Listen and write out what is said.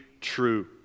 true